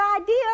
idea